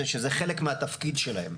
שזה חלק מהתפקיד שלהם.